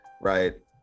right